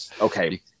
Okay